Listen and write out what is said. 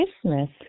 Christmas